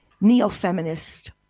neo-feminist